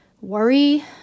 worry